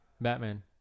Batman